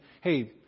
hey